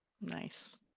Nice